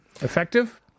Effective